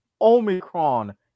Omicron